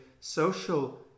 social